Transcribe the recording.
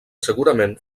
segurament